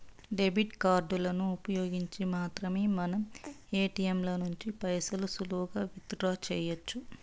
debit కార్డులను ఉపయోగించి మాత్రమే మనం ఏటియంల నుంచి పైసలు సులువుగా విత్ డ్రా సెయ్యొచ్చు